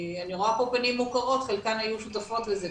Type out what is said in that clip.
אני רואה פה פנים מוכרות, חלקן היו שותפות לזה.